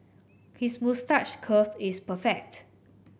his moustache curl is perfect